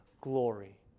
glory